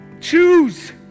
Choose